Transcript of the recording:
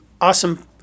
awesome